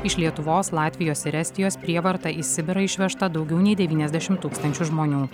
iš lietuvos latvijos ir estijos prievarta į sibirą išvežta daugiau nei devyniasdešimt tūkstančių žmonių